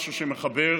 משהו שמחבר,